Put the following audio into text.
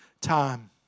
time